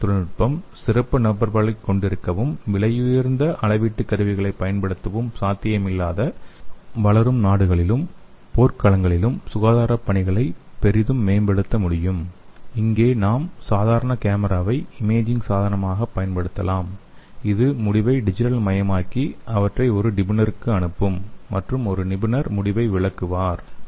இந்த வகை தொழில்நுட்பம் சிறப்பு நபர்களைக் கொண்டிருக்கவும் விலையுயர்ந்த அளவீட்டு கருவிகளைப் பயன்படுத்தவும் சாத்தியமில்லாத வளரும் நாடுகளிலும் போர்க்களங்களிலும் சுகாதாரப் பணிகளை பெரிதும் மேம்படுத்த முடியும் இங்கே நாம் சாதாரண கேமராவை இமேஜிங் சாதனமாகப் பயன்படுத்தலாம் இது முடிவை டிஜிட்டல் மயமாக்கி அவற்றை ஒரு நிபுணருக்கு அனுப்பும் மற்றும் ஒரு நிபுணர் முடிவை விளக்குவார்